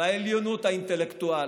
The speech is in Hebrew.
והעליונות האינטלקטואלית,